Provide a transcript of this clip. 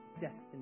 destiny